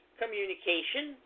communication